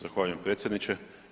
Zahvaljujem predsjedniče.